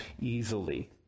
easily